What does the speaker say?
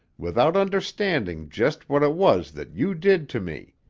without understanding just what it was that you did to me.